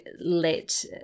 let